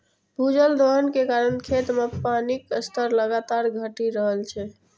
भूजल दोहन के कारण खेत मे पानिक स्तर लगातार घटि रहल छै